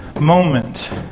moment